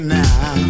now